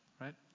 right